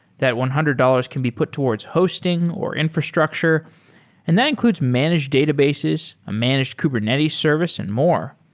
that one hundred dollars can be put towards hosting or infrastructure and that includes managed databases, a managed kubernetes service and more.